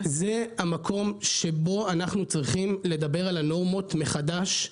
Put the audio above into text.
זה המקום שבו אנחנו צריכים לדבר על הנורמות מחדש,